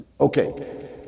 Okay